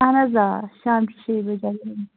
اَہَن حظ آ شامچہِ شیٚہِ بَجے